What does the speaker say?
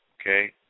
Okay